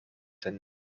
seine